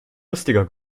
lustiger